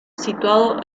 situado